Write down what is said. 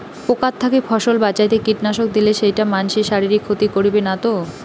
পোকার থাকি ফসল বাঁচাইতে কীটনাশক দিলে সেইটা মানসির শারীরিক ক্ষতি করিবে না তো?